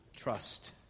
trust